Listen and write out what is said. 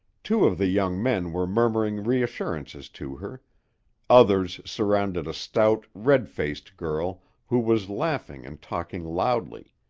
two of the young men were murmuring reassurances to her others surrounded a stout, red-faced girl who was laughing and talking loudly.